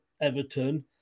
Everton